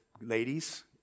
ladies